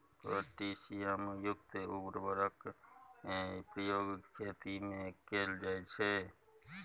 potassium युक्त उर्वरकक प्रयोग खेतीमे कैल जाइत छै